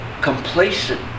complacent